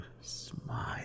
smile